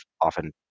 often